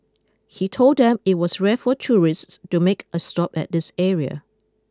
he told them it was rare for tourists to make a stop at this area